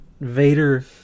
Vader